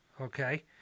Okay